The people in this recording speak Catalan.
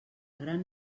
gran